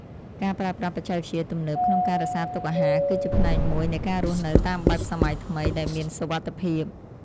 ការប្រើប្រាស់បច្ចេកវិទ្យាទំនើបក្នុងការរក្សាទុកអាហារ គឺជាផ្នែកមួយនៃការរស់នៅតាមបែបសម័យថ្មីដែលមានសុវត្ថិភាព។